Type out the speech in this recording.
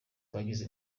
twagize